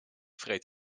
vreet